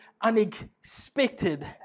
unexpected